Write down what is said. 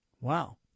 Wow